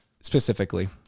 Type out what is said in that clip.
specifically